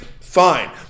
fine